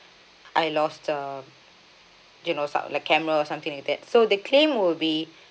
I lost the you know stuff like camera or something like that so the claim would be